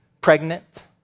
pregnant